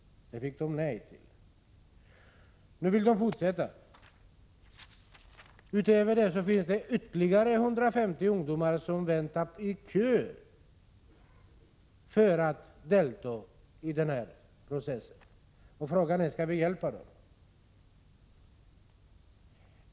Där fick de nej. Nu vill de fortsätta, och utöver dem finns det ytterligare 150 ungdomar som står i kö för att delta i denna process. Frågan är om vi skall hjälpa dem.